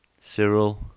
Cyril